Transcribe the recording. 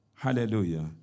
Hallelujah